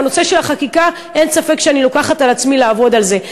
בנושא של החקיקה אין ספק שאני לוקחת על עצמי לעבוד על זה,